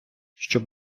щоб